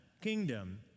kingdom